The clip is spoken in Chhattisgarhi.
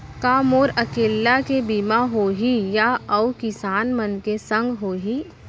का मोर अकेल्ला के बीमा होही या अऊ किसान मन के संग होही?